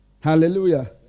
Hallelujah